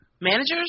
managers